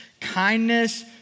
kindness